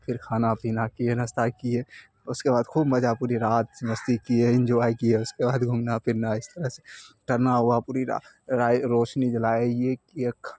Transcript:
پھر کھانا پینا کیے ناشتہ کیے اس کے بعد خوب مزہ پوری رات مستی کیے انجوائے کیے اس کے بعد گھومنا پھرنا اس طرح سے کرنا ہوا پوری رات روشنی جلائے یہ کیے